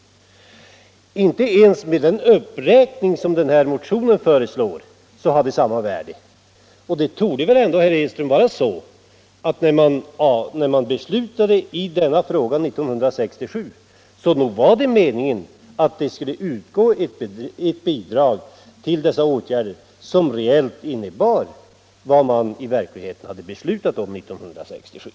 Inte ens med den uppräkning som föreslås i motionen har stödet samma värde. När riksdagen fattade beslut i denna fråga 1967, herr Hedström, var väl meningen att stödet skulle behålla samma reella värde som det hade 1967.